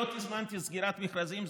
לא תזמנתי סגירת מכרזים,